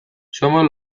somos